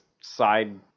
side